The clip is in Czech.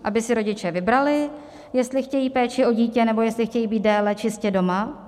Aby si rodiče vybrali, jestli chtějí péči o dítě, nebo jestli chtějí být déle čistě doma.